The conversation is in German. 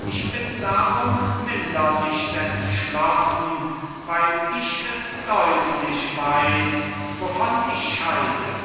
ich bin darum minder nicht entschlossen weil ich es deutlich weiß wovon ich scheide